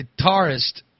guitarist